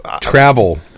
travel